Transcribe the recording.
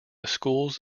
schools